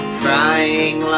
crying